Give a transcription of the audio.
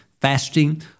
fasting